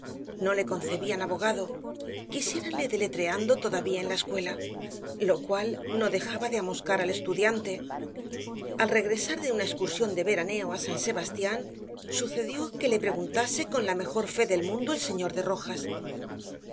no le concebían abogado quisiéranle deletreando todavía en la escuela lo cual no dejaba de amoscar al estudiante al regresar de una excursión de veraneo á san sebastián sucedió que le preguntase con la mejor fe del mundo el señor de